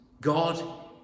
God